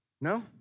no